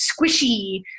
squishy